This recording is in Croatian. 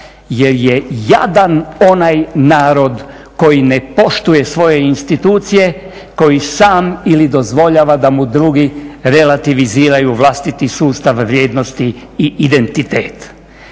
jer je jadan onaj narod koji ne poštuje svoje institucije, koji sam ili dozvoljava da mu drugi relativiziraju vlastiti sustav vrijednosti i identitet.